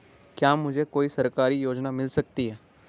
क्या मुझे कोई सरकारी योजना मिल सकती है?